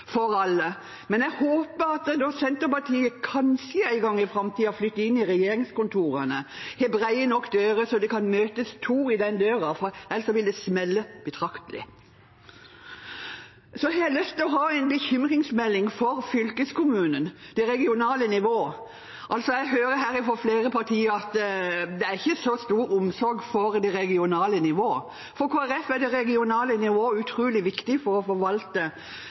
for alle. Men jeg håper at Senterpartiet, når de kanskje en gang i framtiden flytter inn i regjeringskontorene, har dører som er brede nok til at de kan møtes to i dem, for ellers vil det smelle betraktelig. Så har jeg lyst til å komme med en bekymringsmelding om fylkeskommunen, det regionale nivået. Jeg hører her fra flere partier at det ikke er så stor omsorg for det regionale nivået. For Kristelig Folkeparti er det regionale nivået utrolig viktig for å forvalte